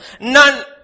None